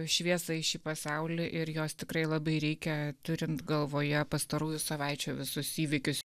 šviesą į šį pasaulį ir jos tikrai labai reikia turint galvoje pastarųjų savaičių visus įvykius